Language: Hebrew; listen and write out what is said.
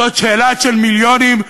זאת שאלה של מיליונים,